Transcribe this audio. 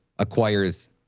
acquires